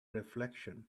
reflection